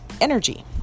energy